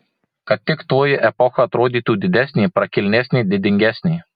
kad tik toji epocha atrodytų didesnė prakilnesnė didingesnė